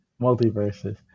Multiverses